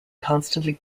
constantly